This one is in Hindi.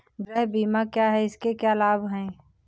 गृह बीमा क्या है इसके क्या लाभ हैं?